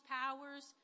powers